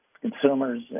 consumers